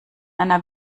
einer